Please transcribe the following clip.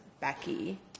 Becky